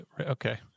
Okay